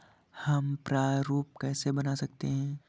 हम प्रारूप कैसे बना सकते हैं?